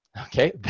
Okay